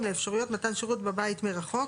לאפשרויות מתן שירות בריאות בבית מרחוק,